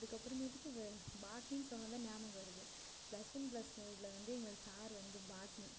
அதுக்கப்புறமேட்டுக்கு வே பாட்டனின்னு சொல்லவும்தான் ஞாபகம் வருது ப்ளஸ் ஒன் ப்ளஸ் டூவில் வந்து எங்கள் சார் வந்து பாட்டனி